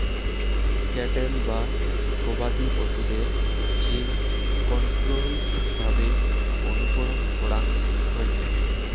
cattle বা গবাদি পশুদের যে কন্ট্রোল্ড ভাবে অনুকরণ করাঙ হই